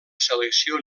selecció